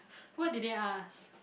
what did they ask